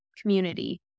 community